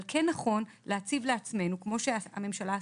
אבל כן נכון להציב לעצמנו כמו שהממשלה עשתה,